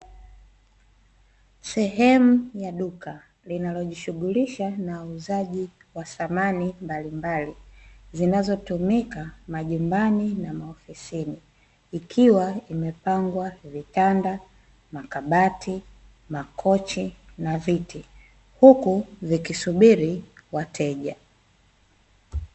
Sehemu ya duka, linalojishughulisha na uuzaji wa samani mbalimbali, zinazotumika majumbani na maofisini. Ikiwa imepangwa vitanda, makabati, makochi na viti. Huku vikisubiri wateja.